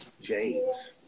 James